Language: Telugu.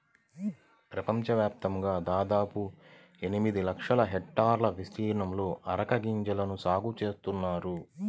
ప్రపంచవ్యాప్తంగా దాదాపు ఎనిమిది లక్షల హెక్టార్ల విస్తీర్ణంలో అరెక గింజల సాగు చేస్తున్నారు